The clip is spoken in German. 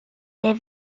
der